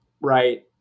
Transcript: right